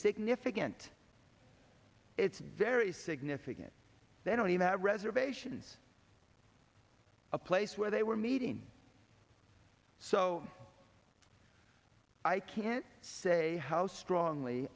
significant it's very significant they don't even have reservations a place where they were meeting so i can't say how strongly